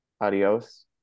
adios